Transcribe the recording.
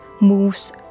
moves